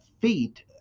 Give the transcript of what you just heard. feet